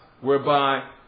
whereby